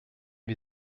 wir